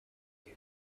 гэв